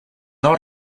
not